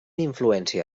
influència